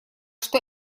что